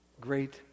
great